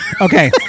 Okay